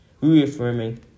reaffirming